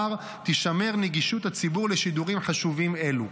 תישמר נגישות הציבור לשידורים חשובים אלו.